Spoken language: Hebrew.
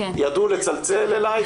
ידעו לצלצל אלי,